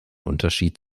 unterschied